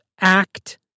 act